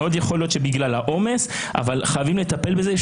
מאוד יכול להיות שבגלל העומס אבל חייבים לטפל בזה.